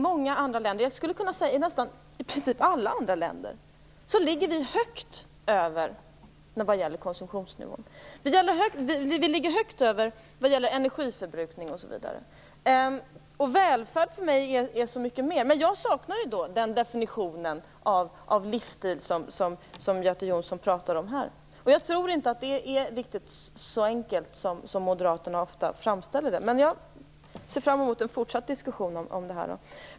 Jag skulle kunna säga att vår konsumtionsnivå ligger högt över nästan alla andra länders konsumtionsnivå liksom vår energiförbrukning osv. ligger över andra länders nivå. Välfärd är för mig så mycket mer. Men jag saknar den definition av livsstil som Göte Jonsson talar om här. Jag tror inte att det är riktigt så enkelt som Moderaterna ofta framställer det, men jag ser fram emot en fortsatt diskussion i frågan.